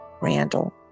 Randall